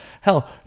Hell